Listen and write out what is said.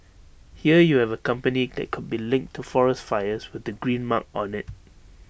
here you have A company that could be linked to forest fires with the green mark on IT